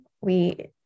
We-